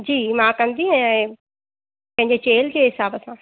जी मां कंदी आहियां हीअ पंहिंजे चेल्हि जे हिसाब सां